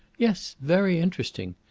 yes, very interesting.